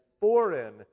foreign